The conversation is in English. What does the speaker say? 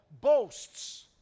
boasts